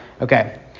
okay